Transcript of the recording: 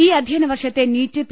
ഈ അധ്യയനവർഷത്തെ NEET P